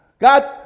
God's